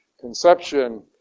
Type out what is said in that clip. conception